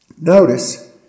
notice